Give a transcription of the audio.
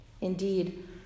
Indeed